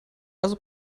also